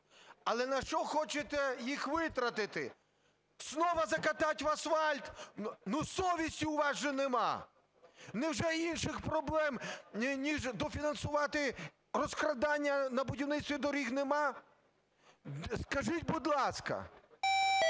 Але на що хочете їх витратити? Знову закатать в асфальт? Ну, совісті у вас же нема! Невже інших проблем ніж дофінансувати розкрадання на будівництві доріг нема? Скажіть, будь ласка,